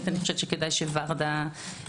אני חושבת כדאי שוורדה תציגם.